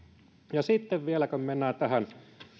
sitten vielä kun mennään tähän